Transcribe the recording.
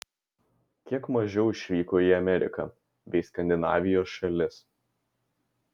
kiek mažiau išvyko į ameriką bei skandinavijos šalis